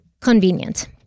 Convenient